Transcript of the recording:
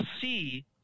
see